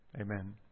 Amen